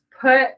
put